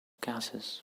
gases